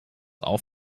auf